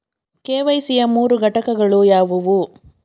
KYC ಯ ಮೂರು ಘಟಕಗಳು ಯಾವುವು?